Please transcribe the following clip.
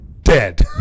Dead